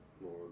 more